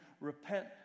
Repent